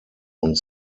und